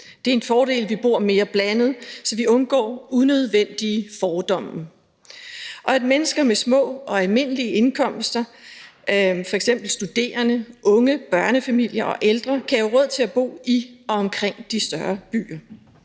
Det er en fordel, at vi bor mere blandet, så vi undgår unødvendige fordomme og sørger for, at mennesker med små og almindelige indkomster, f.eks. studerende, unge, børnefamilier og ældre, kan have råd til at bo i og omkring de større byer.